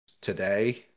today